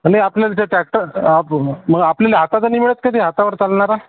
आणि आपल्याला ते टॅक्टर आप मग आपल्या हाताचा नाही मिळत का ते हातावर चालणारा